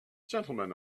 gentlemen